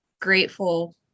grateful